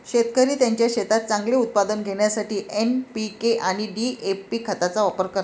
शेतकरी त्यांच्या शेतात चांगले उत्पादन घेण्यासाठी एन.पी.के आणि डी.ए.पी खतांचा वापर करतात